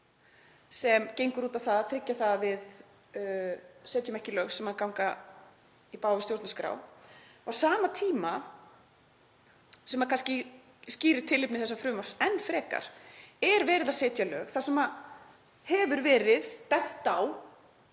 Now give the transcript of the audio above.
sem gengur út á það að tryggja að við setjum ekki lög sem ganga í bága við stjórnarskrá á en sama tíma, sem kannski skýrir tilefni þessa frumvarps enn frekar, er verið að setja lög þar sem bent hefur verið á